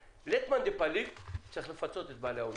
לית מאן דפליג, צריך לפצות את בעלי האולמות.